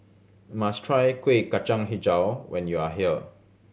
you must try Kueh Kacang Hijau when you are here